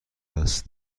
است